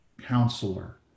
counselor